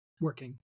working